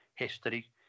history